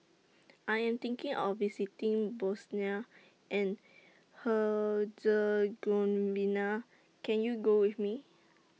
I Am thinking of visiting Bosnia and Herzegovina Can YOU Go with Me